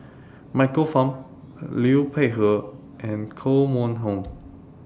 Michael Fam Liu Peihe and Koh Mun Hong